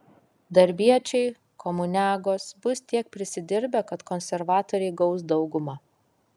darbiečiai komuniagos bus tiek prisidirbę kad konservatoriai gaus daugumą